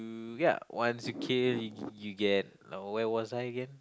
uh ya once you kill you you get where was I again